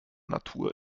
natur